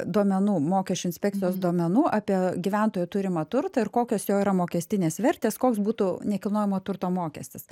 duomenų mokesčių inspekcijos duomenų apie gyventojo turimą turtą ir kokios jo yra mokestinės vertės koks būtų nekilnojamo turto mokestis